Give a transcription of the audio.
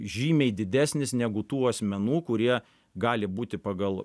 žymiai didesnis negu tų asmenų kurie gali būti pagal